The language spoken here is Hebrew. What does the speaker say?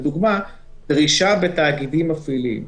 לדוגמה, דרישה בתאגידים מפעילים: